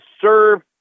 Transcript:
serve